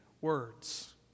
words